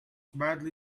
badly